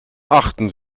achten